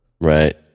Right